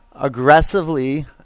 aggressively